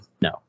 no